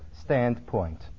standpoint